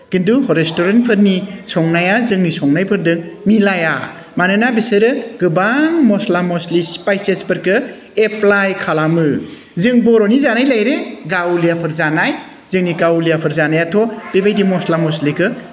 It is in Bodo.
किन्तु रेस्टुरेन्टफोरनि संनाया जोंनि संनायफोरदों मिलाया मानोना बिसोरो गोबां मस्ला मस्लि स्पाइसेसफोरखौ एप्लाइ खालामो जों बर'नि जानायलाय गावलियाफोर जानाय जोंनि गावलियाफोर जानायाथ' बेबायदि मस्ला मस्लिखौ